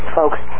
folks